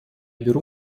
беру